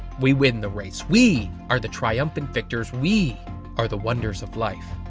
we win the race. we are the triumphant victors. we are the wonder of life.